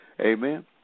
amen